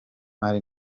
w’imali